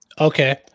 okay